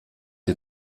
ihr